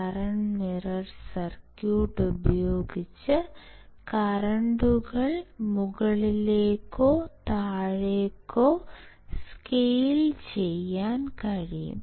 current mirror circuit ഉപയോഗിച്ച് കറന്റുകൾ മുകളിലേക്കോ താഴേക്കോ സ്കെയിൽ ചെയ്യാൻ കഴിയും